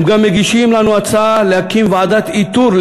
הם גם מגישים לנו הצעה להקים ועדת איתור,